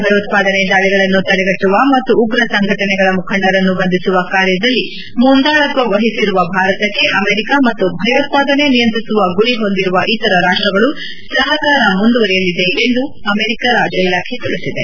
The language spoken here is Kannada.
ಭಯೋತ್ವಾದನೆ ದಾಳಿಗಳನ್ನು ತಡೆಗಟ್ಟುವ ಮತ್ತು ಉಗ್ರ ಸಂಘಟನೆಗಳ ಮುಖಂಡರನ್ನು ಬಂಧಿಸುವ ಕಾರ್ಯದಲ್ಲಿ ಮುಂದಾಳತ್ನ ವಹಿಸಿರುವ ಭಾರತಕ್ಕೆ ಅಮೆರಿಕ ಮತ್ತು ಭಯೋತ್ಸಾದನೆ ನಿಯಂತ್ರಿಸುವ ಗುರಿ ಹೊಂದಿರುವ ಇತರ ರಾಷ್ಟ್ರಗಳು ಸಹಕಾರ ಮುಂದುವರಿಯಲಿದೆ ಎಂದು ಅಮೆರಿಕ ರಾಜ್ಯ ಇಲಾಖೆ ತಿಳಿಸಿದೆ